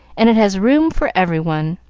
and it has room for every one.